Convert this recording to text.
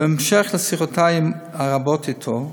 ובהמשך לשיחותי הרבות אתו,